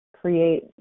create